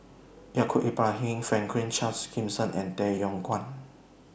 Yaacob Ibrahim Franklin Charles Gimson and Tay Yong Kwang